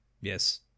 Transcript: yes